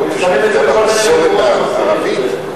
הם שמים את זה בכל מיני מקומות ומסתירים את זה.